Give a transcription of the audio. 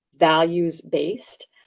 values-based